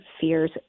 fears